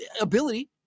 ability